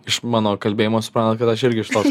iš mano kalbėjimo suprantat kad aš irgi iš tos